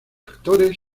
actores